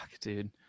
Dude